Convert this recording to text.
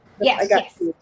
Yes